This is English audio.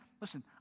Listen